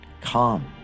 Calm